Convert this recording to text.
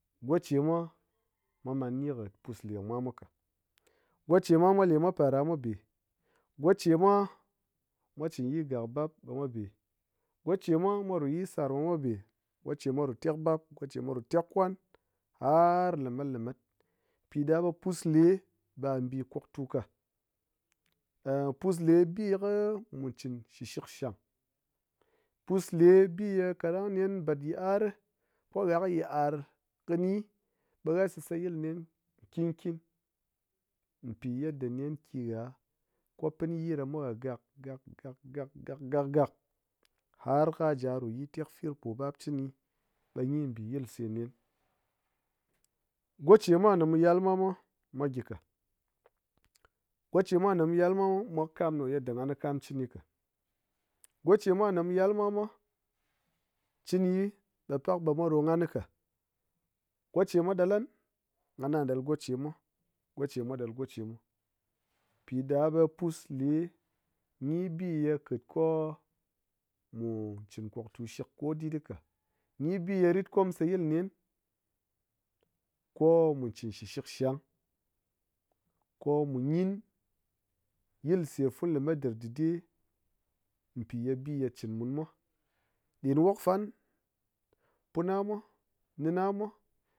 Gochemwa man ni kɨ puslemwa mwa ka, gochemwa mwa limwa parɗa mwa ɓe, gochemwa mwa chin yii ga bap ɓe mwa be, gochemwa mwa chin yii sar ɓemwa be, gochemwa ru tekbap, goche mwa ru tekkwan, har lamat lamat, piɗa ɓe pusle mbi kwaktu ka, pusle bi ye mu chin shi shikshang. Pusle bi ye kaɗang ye nen bat yit'ar ko ha kɨ yit'ar kini ɓe ha sisayil nen nkin nkin mpi yedda nen kɨ ha ko pin yii ɗamwa ha gak gak gak gak gak gak har kɨ ha dim ru yi tekfir po bap jini ɓe gyi mbi yilse, ɓe ha sisayil nen nkin nkin mpi yedda nen kɨ ha kɨ pin yii ɗa mwa ha gak gak gak gak gak gak gak har ka̱ da ru yii tekfir po bap jini ɓe gyi bi yilse nen. Gochemwa ne mu yal kɨ mwa mwa mwa gyi ka, gochemwa ma mu yal kɨ mwa mwa mwa kɨ kam ɗo yedda nghan kɨ kam chini ka, gochemwa ne mu yal kɨmwa mwa chɨni ɓe pak ɓe mwa ɗo nghan ka, gochemwa ɗal nghan ɗang ngha ɗal gochemwa, gochemwa ɗal gochemwa, piɗa ɓe pusle gyi bi ye kitko chin kwatu shik kodit ka gyi bi ye rit ko mu sayil nen ko mu chin shi shikshang, ko mu ngyi yilse funu la mat dir dide pi ye bi ye chin mun mwa, ɗin wok fan, puna mwa, nin namwa